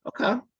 Okay